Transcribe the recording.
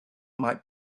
might